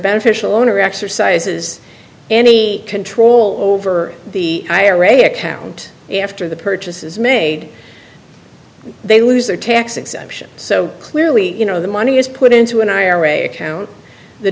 beneficial owner exercises any control over the ira account after the purchase is made they lose their tax exemption so clearly you know the money is put into an ira account the